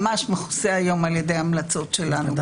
ממש מכוסה היום על ידי ההמלצות שלנו.